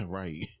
right